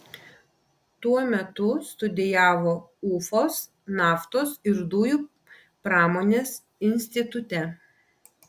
tuo metu studijavo ufos naftos ir dujų pramonės institute